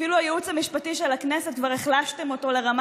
אפילו את הייעוץ המשפטי של הכנסת כבר החלשתם לרמה